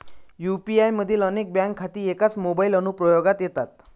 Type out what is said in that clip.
UPI मधील अनेक bank खाती एकाच मोबाइल अनुप्रयोगात येतात